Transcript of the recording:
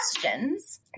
questions